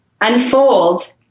unfold